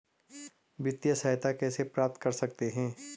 वित्तिय सहायता कैसे प्राप्त कर सकते हैं?